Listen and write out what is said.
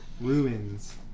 Ruins